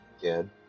kid